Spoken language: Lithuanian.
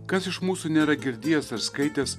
kas iš mūsų nėra girdėjęs ar skaitęs